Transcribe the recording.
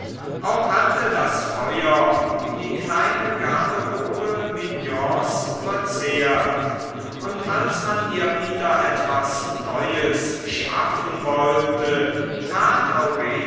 auch hatte das feuer die kleine garderobe mignons verzehrt und als man ihr wieder etwas neues schaffen wollte tat